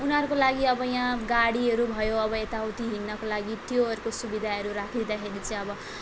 उनीहरूको लागि अब यहाँ गाडीहरू भयो अब यता उति हिँड्नको लागि त्योहरूको सुविधाहरू राखिदिँदाखेरि चाहिँ अब